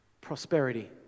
prosperity